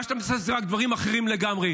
מה שאתה עושה זה רק דברים אחרים לגמרי.